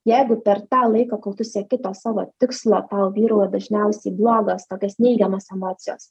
jeigu per tą laiką kol tu sieki to savo tikslo tau vyrauja dažniausiai blogos tokios neigiamos emocijos